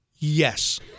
Yes